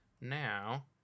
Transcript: now